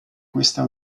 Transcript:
questa